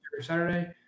Saturday